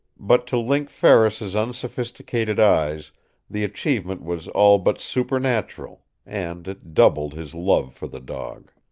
but to link ferris's unsophisticated eyes the achievement was all but supernatural, and it doubled his love for the dog.